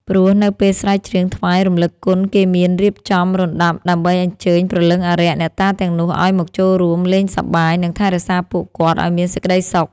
ព្រោះនៅពេលស្រែកច្រៀងថ្វាយរំលឹកគុនគេមានរៀបចំរណ្ដាប់ដើម្បីអញ្ជើញព្រលឹងអារក្ស អ្នកតាទាំងនោះឲ្យមកចូលរួមលេងសប្បាយ និងថែរក្សាពួកគាត់ឲ្យមានសេចក្ដីសុខ ។